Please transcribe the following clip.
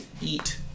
eat